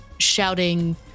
shouting